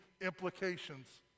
implications